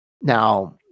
Now